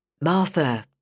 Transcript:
Martha